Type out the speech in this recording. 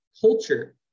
culture